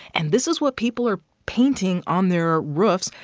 and this is what people are painting on their roofs.